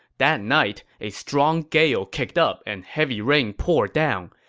that night, a strong gale kicked up and heavy rain poured down.